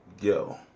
yo